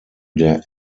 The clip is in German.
der